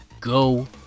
Go